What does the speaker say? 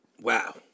wow